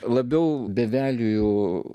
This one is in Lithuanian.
labiau beveliju